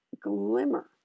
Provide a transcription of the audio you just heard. glimmer